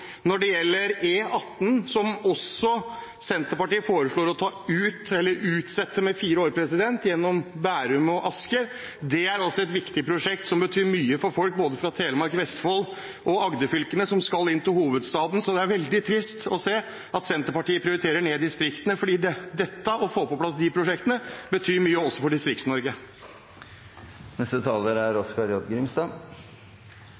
Når det gjelder E18 gjennom Bærum og Asker, som Senterpartiet foreslår å utsette med fire år, er det et viktig prosjekt som betyr mye for folk fra både Telemark, Vestfold og Agder-fylkene som skal inn til hovedstaden. Så det er veldig trist å se at Senterpartiet prioriterer ned distriktene, for å få på plass disse prosjektene betyr mye også for Distrikts-Norge. Eg synest det er